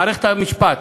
מערכת המשפט,